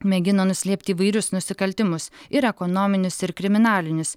mėgino nuslėpti įvairius nusikaltimus ir ekonominius ir kriminalinius